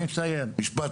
משפט סיום.